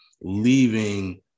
leaving –